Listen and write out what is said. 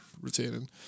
retaining